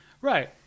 Right